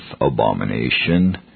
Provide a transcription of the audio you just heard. abomination